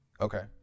Okay